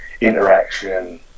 interaction